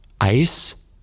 ice